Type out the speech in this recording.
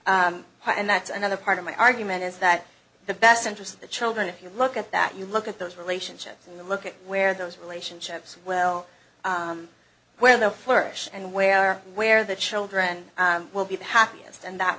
again and that's another part of my argument is that the best interest of the children if you look at that you look at those relationships and you look at where those relationships well where the flourish and where where the children will be the happiest and that